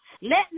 Let